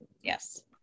yes